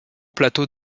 plateaux